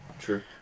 true